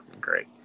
great